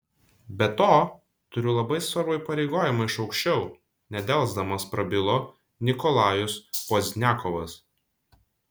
be to turiu labai svarbų įpareigojimą iš aukščiau nedelsdamas prabilo nikolajus pozdniakovas